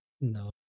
No